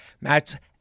Matt